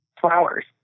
flowers